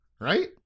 right